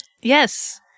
Yes